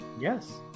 Yes